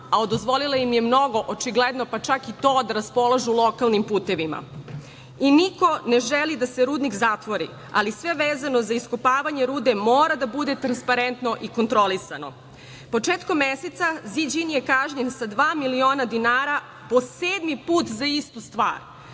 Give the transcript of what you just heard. a dozvolila im je mnogo očigledno, pa čak i to da raspolažu lokalnim putevima. Niko ne želi da se rudnik zatvori, ali sve vezano za iskopavanje rude mora da bude transparentno i kontrolisano. Početkom meseca ZiĐin je kažnjen sa dva milina dinara po sedmi red za istu stvar.